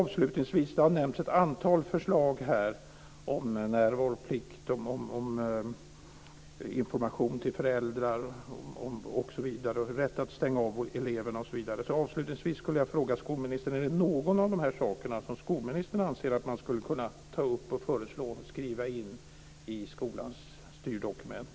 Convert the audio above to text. Det har nämnts ett antal förslag här om närvaroplikten, om information till föräldrar och om det är rätt att stänga av eleverna, osv. Avslutningsvis skulle jag vilja fråga skolministern: Är det någon av dessa saker som skolministern anser att man skulle kunna ta upp, föreslå och skriva in i skolans styrdokument?